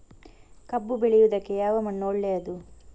ಕಬ್ಬು ಬೆಳೆಯುವುದಕ್ಕೆ ಯಾವ ಮಣ್ಣು ಒಳ್ಳೆಯದು?